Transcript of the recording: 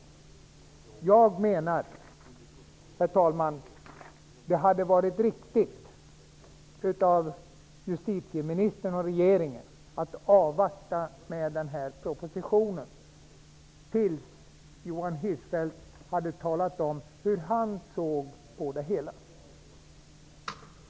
Jag menar att det hade varit riktigt om justitieministern och regeringen hade avvaktat med propositionen tills Johan Hirschfeldt hade talat om hur han såg på det hela.